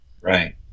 Right